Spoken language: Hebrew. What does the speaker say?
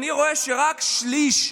אני רואה שרק שליש,